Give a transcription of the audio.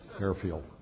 airfield